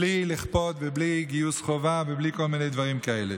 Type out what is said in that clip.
בלי לכפות ובלי גיוס חובה ובלי כל מיני דברים כאלה.